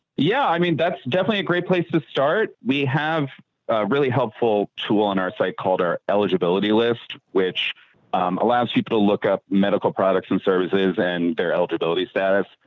yeah. i mean, that's definitely a great place to start. we have really helpful tool on our site called our eligibility list, which allows people to look up medical products and services and their eligibility status.